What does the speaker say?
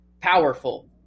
powerful